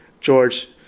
George